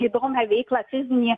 įdomią veiklą fizinį